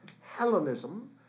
Hellenism